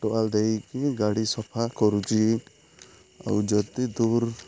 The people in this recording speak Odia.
ଟୁଆଲ ଦେଇକି ଗାଡ଼ି ସଫା କରୁଛି ଆଉ ଯଦି ଦୂର